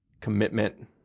commitment